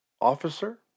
officer